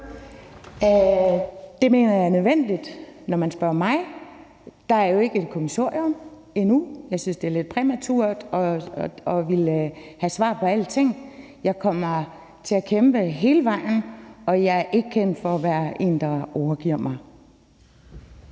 Det mener jeg er nødvendigt, hvis man spørger mig. Der er jo ikke et kommissorium endnu. Jeg synes, det er lidt præmaturt at ville have svar på alting. Jeg kommer til at kæmpe hele vejen, og jeg er ikke kendt for at være en, der overgiver sig.